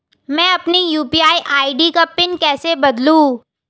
मैं अपनी UPI ID का पिन कैसे बदलूं?